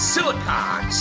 Silicon